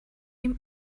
ihm